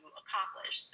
accomplish